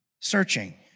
searching